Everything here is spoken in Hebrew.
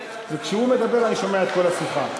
וכשהוא מדבר אני שומע את כל השיחה.